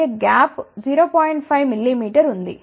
5 mm ఉంటుంది